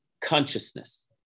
consciousness